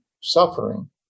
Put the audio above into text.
suffering